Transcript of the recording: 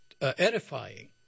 edifying